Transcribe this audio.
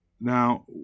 Now